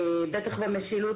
זה תורם למשילות